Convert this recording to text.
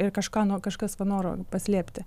ir kažką kažkas va noro paslėpti